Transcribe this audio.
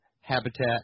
Habitat